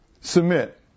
Submit